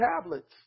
tablets